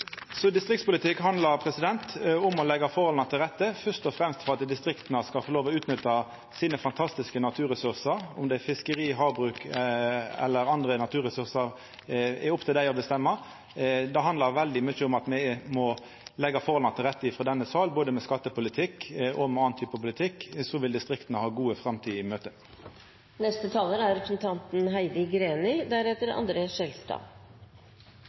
Så distriktspolitikk handlar om å leggja forholda til rette fyrst og fremst for at distrikta skal få lov til å utnytta dei fantastiske naturressursane sine – om det er fiskeri, havbruk eller andre naturressursar, er opp til dei å bestemma. Det handlar veldig mykje om at me må leggja forholda til rette frå denne salen, både med skattepolitikk og med annan type politikk, så vil distrikta ha gode framtider i